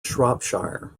shropshire